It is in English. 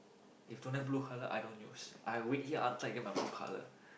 if don't have blue color I don't use I wait here until I get my blue color